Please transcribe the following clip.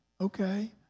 Okay